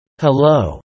Hello